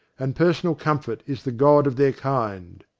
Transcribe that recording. and personal comfort is the god of their kind.